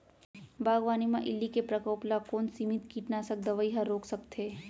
बागवानी म इल्ली के प्रकोप ल कोन सीमित कीटनाशक दवई ह रोक सकथे?